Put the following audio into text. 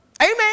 Amen